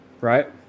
Right